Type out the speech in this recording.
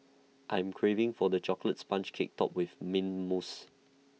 I am craving for the Chocolate Sponge Cake Topped with Mint Mousse